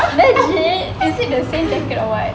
legit is it the same checkered or [what]